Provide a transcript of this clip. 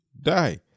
die